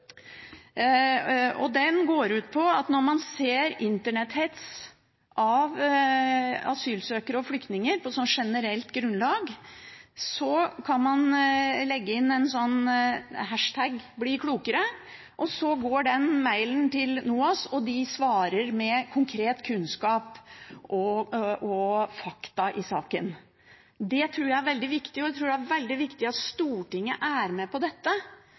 Den går ut på at når man ser Internett-hets av asylsøkere og flyktninger på generelt grunnlag, kan man skrive «#bliklokere», og så går den mailen til NOAS, som svarer med konkret kunnskap og fakta i saken. Det tror jeg er veldig viktig, og jeg tror det er veldig viktig at Stortinget, ansvarlige statsråder og deres apparat er med på dette,